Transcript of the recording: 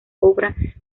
obra